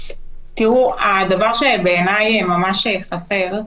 הדבר שבעיני ממש חסר,